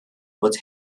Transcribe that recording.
fod